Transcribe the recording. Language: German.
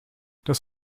das